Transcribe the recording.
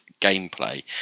gameplay